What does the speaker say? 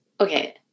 okay